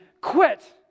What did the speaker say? quit